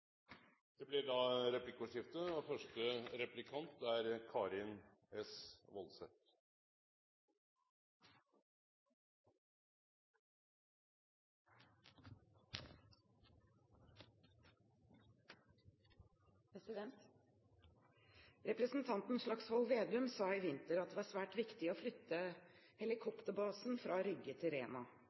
Det blir replikkordskifte. Representanten Slagsvold Vedum sa i vinter at det var svært viktig å flytte helikopterbasen fra Rygge til Rena.